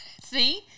See